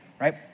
right